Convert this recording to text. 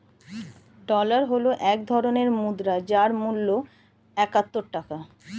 dollar হল এক ধরনের মুদ্রা যার মূল্য একাত্তর টাকা